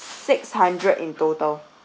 six hundred in total